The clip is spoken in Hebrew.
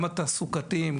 גם התעסוקתיים,